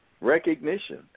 recognition